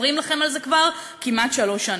חופרים לכם על זה כבר כמעט שלוש שנים.